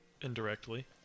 indirectly